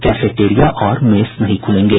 cafeteria और mess नहीं खुलेंगे